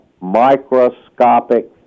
microscopic